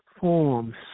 forms